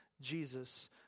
Jesus